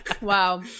Wow